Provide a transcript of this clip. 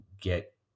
get